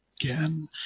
again